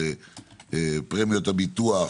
שפרמיות הביטוח,